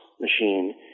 machine